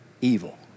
Evil